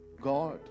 God